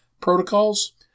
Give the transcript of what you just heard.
protocols